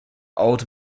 old